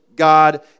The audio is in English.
God